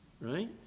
Right